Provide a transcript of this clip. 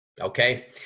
Okay